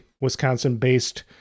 wisconsin-based